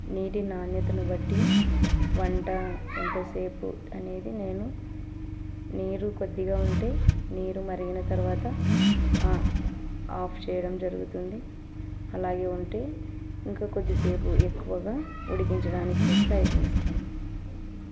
నీటి నాణ్యతను బట్టి వంట ఎంతసేపు అనేది నేను నీరు కొద్దిగా ఉంటే నీరు మరిగిన తర్వాత ఆఫ్ చేయడం జరుగుతుంది అలాగే ఉంటే ఇంకా కొద్దిసేపు ఎక్కువగా ఉడికించడానికి ప్రయత్నిస్తాను